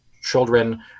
children